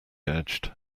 urged